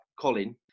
Colin